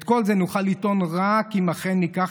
את כל זה נוכל לטעון רק אם אכן ניקח